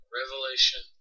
revelation